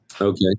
Okay